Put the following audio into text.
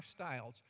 lifestyles